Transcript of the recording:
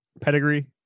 pedigree